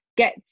get